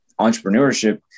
entrepreneurship